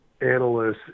analysts